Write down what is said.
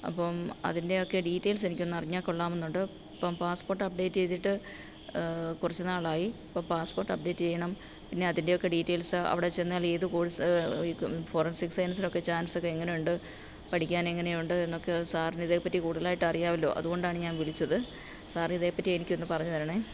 അപ്പോള് അതിന്റെയൊക്കെ ഡീറ്റേയ്ല്സെനിക്കൊന്ന് അറിഞ്ഞാല് കൊള്ളാമെന്നുണ്ട് ഇപ്പോള് പാസ്പോര്ട്ട് അപ്ഡേറ്റ് ചെയ്തിട്ട് കുറച്ച് നാളായി അപ്പോള് പാസ്പോര്ട്ട് അപ്ഡേറ്റ് ചെയ്യണം പിന്നതിന്റെയൊക്കെ ഡീറ്റേയ്ല്സ് അവിടെ ചെന്നാലേത് കോഴ്സ് ഈ ഫോറന്സിക് സയന്സിലൊക്കെ ചാന്സൊക്കെ എങ്ങനെയുണ്ട് പഠിക്കാനെങ്ങനെയുണ്ട് എന്നൊക്കെയോ സാറിനിതേപ്പറ്റി കൂടുതലായിട്ടറിയാമല്ലോ അതുകൊണ്ടാണ് ഞാന് വിളിച്ചത് സാറിതേപ്പറ്റി എനിക്കൊന്ന് പറഞ്ഞുതരണേ